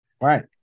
right